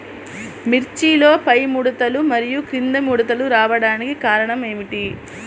మిర్చిలో పైముడతలు మరియు క్రింది ముడతలు రావడానికి కారణం ఏమిటి?